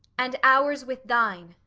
and ours with thine,